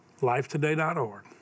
Lifetoday.org